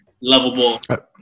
lovable